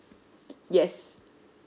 yes